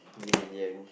yin and yang